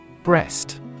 Breast